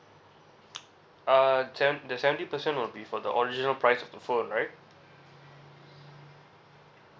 err se~ the seventy percent will be for the original price of the phone right